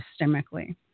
systemically